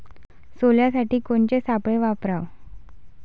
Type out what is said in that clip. सोल्यासाठी कोनचे सापळे वापराव?